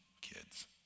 kids